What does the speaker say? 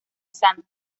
santa